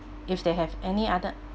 if they have any added